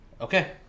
Okay